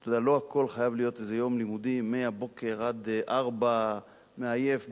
לא הכול חייב להיות איזה יום לימודים מהבוקר עד 16:00 ומעייף,